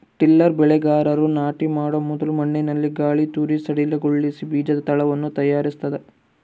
tiller ಬೆಳೆಗಾರರು ನಾಟಿ ಮಾಡೊ ಮೊದಲು ಮಣ್ಣಿನಲ್ಲಿ ಗಾಳಿತೂರಿ ಸಡಿಲಗೊಳಿಸಿ ಬೀಜದ ತಳವನ್ನು ತಯಾರಿಸ್ತದ